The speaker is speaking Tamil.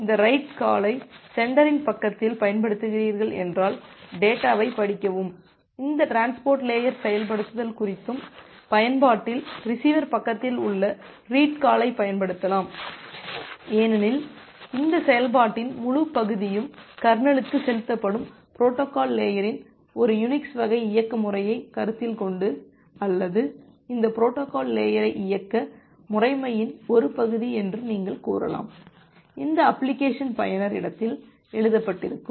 இந்த ரைட் காலை சென்டரின் பக்கத்தில் பயன்படுத்துகிறீர்கள் என்றால் டேட்டாவைப் படிக்கவும் இந்த டிரான்ஸ்போர்ட் லேயர் செயல்படுத்தல் குறித்தும் பயன்பாட்டில் ரிசீவர் பக்கத்தில் உள்ள ரீட் காலைப் பயன்படுத்தலாம் ஏனெனில் இந்த செயல்பாட்டின் முழு பகுதியும் கர்னலுக்குள் செயல்படுத்தப்படும் பொரோட்டோகால் லேயரின்ஒரு யூனிக்ஸ் வகை இயக்க முறைமையைக் கருத்தில் கொண்டு அல்லது இந்த பொரோட்டோகால் லேயரை இயக்க முறைமையின் ஒரு பகுதி என்று நீங்கள் கூறலாம் இந்த அப்ளிகேஷன் பயனர் இடத்தில் எழுதப்பட்டிருக்கும்